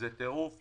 זה טירוף.